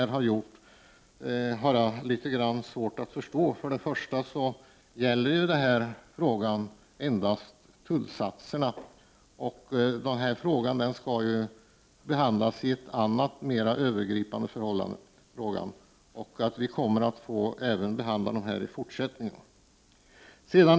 1989/90:45 har gjort har jag svårt att förstå. Till att börja med gäller frågan nu endast 13 december 1989 tullsatserna. Den större frågan skall behandlas senare, i ett annat och mer =S G övergripande sammanhang.